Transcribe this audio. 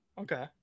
okay